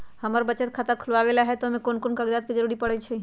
हमरा बचत खाता खुलावेला है त ए में कौन कौन कागजात के जरूरी परतई?